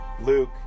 Luke